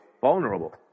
vulnerable